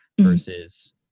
versus